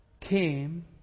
came